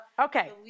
okay